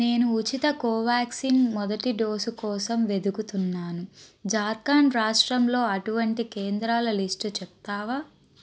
నేను ఉచిత కోవ్యాక్సిన్ మొదటి డోసు కోసం వెదుకుతున్నాను ఝార్ఖండ్ రాష్ట్రంలో అటువంటి కేంద్రాల లిస్టు చెప్తావా